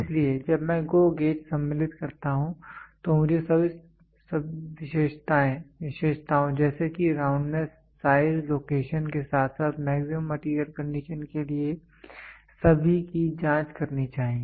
इसलिए जब मैं GO गेज सम्मिलित करता हूं तो मुझे सभी विशेषताओं जैसे कि राउंडनेस साइज लोकेशन के साथ साथ मैक्सिमम मैटेरियल कंडीशन के लिए सभी की जांच करनी चाहिए